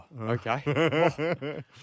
okay